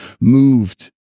moved